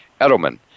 Edelman